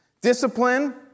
discipline